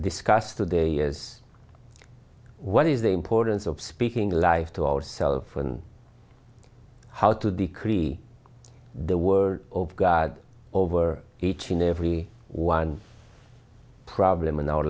discuss today is what is the importance of speaking life to our self and how to decrease the word of god over each and every one problem in our